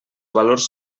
valors